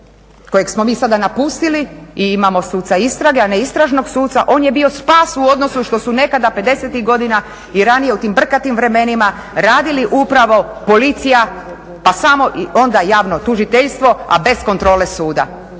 kojeg smo mi sada napustili i imamo suca istrage, a ne istražnog suca, on je bio spas u odnosu što su nekada '50-ih godina i ranije u tim brkatim vremenima radili upravo Policija pa onda javno tužiteljstvo, a bez kontrole suda.